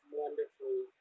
wonderfully